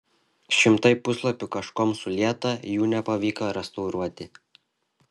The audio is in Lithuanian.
šimtai puslapių kažkuom sulieta jų nepavyko restauruoti